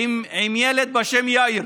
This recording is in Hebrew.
עם ילד בשם יאיר.